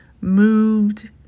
moved